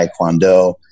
Taekwondo